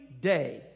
day